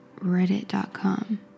reddit.com